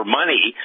money